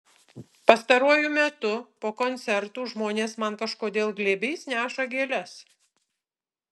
pastaruoju metu po koncertų žmonės man kažkodėl glėbiais neša gėles